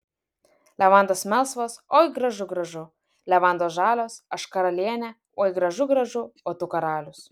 levandos melsvos oi gražu gražu levandos žalios aš karalienė oi gražu gražu o tu karalius